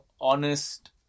honest